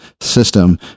system